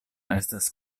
estas